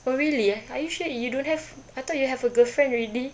oh really are you sure you don't have I thought you have a girlfriend already